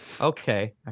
Okay